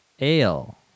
ale